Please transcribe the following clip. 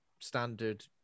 standard